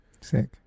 Sick